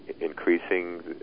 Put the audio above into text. increasing